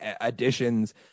additions